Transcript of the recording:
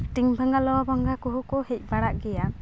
ᱴᱤᱧ ᱵᱷᱟᱸᱝᱜᱟ ᱞᱳᱦᱟ ᱵᱷᱟᱸᱝᱜᱟ ᱠᱚᱦᱚᱸ ᱠᱚ ᱦᱮᱡ ᱵᱟᱲᱟᱜ ᱜᱮᱭᱟ